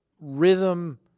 rhythm